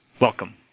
Welcome